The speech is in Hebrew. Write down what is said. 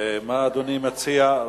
מה אדוני מציע?